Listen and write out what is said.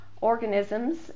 organisms